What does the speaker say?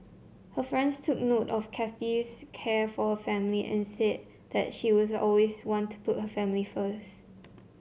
her friends took note of Kathy's care for her family and said that she was always want to put her family first